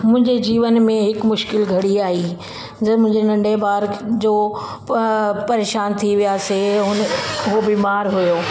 मुंहिंजे जीवन में हिकु मुश्किल घड़ी आई जो मुंहिंजे नंढे ॿार खे जो परे परेशान थी वियासीं उहो बीमार हुओ